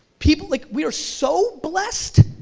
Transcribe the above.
people, like we are so blessed,